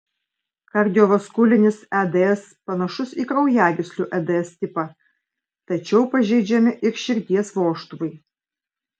kardiovaskulinis eds panašus į kraujagyslių eds tipą tačiau pažeidžiami ir širdies vožtuvai